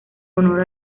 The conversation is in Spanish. honor